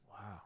Wow